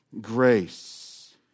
grace